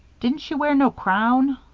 didn't she wear no crown?